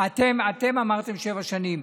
אתם אמרתם: שבע שנים.